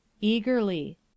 eagerly